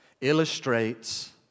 illustrates